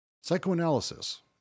psychoanalysis